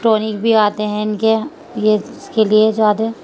ٹرونک بھی آتے ہیں ان کے یہ اس کے لیے زیادہ